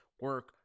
Work